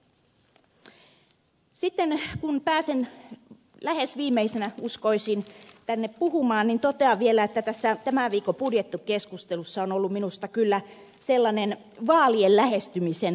sitten kun pääsen lähes viimeisenä uskoisin tänne puhumaan niin totean vielä että tässä tämän viikon budjettikeskustelussa on ollut minusta kyllä sellainen vaalien lähestymisen tunne ja sävy